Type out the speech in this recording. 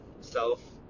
self